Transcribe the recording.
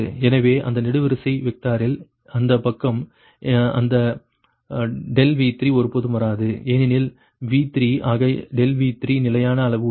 எனவே அந்த நெடுவரிசை வெக்டரில் இந்தப் பக்கம் அந்த ∆V3 ஒருபோதும் வராது ஏனெனில் V3 ஆக ∆V3 நிலையான அளவு உள்ளது